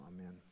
amen